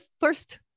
first